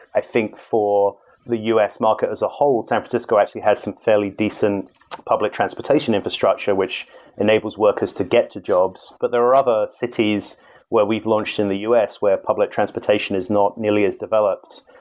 i think for the u s. market as a whole, san francisco actually has some fairly decent public transportation infrastructure, which enables workers to get to jobs. but there are other cities where we've launched in the u s. where public transportation is not nearly as developed.